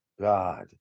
god